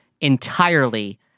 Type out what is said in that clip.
entirely